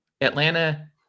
Atlanta